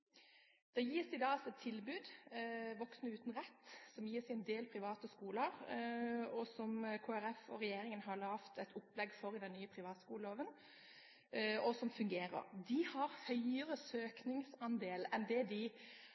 Det gis i dag et tilbud – voksne uten rett – i en del private skoler, som Kristelig Folkeparti og regjeringen har laget et opplegg for i den nye privatskoleloven, og som fungerer. De har høyere søkningsandel enn det de